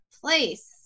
place